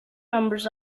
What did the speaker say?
numbers